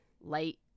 light